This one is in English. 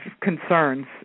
concerns